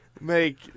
Make